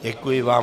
Děkuji vám.